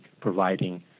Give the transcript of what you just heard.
providing